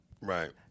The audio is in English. Right